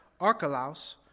Archelaus